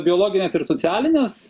biologinės ir socialinės